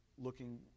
looking